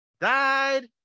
died